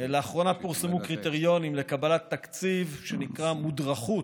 לאחרונה פורסמו קריטריונים לקבלת תקציב שנקרא "מודרכות"